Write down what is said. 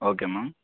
okay ma'am